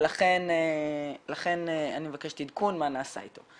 ולכן אני מבקשת עדכון מה נעשה איתו.